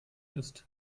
ist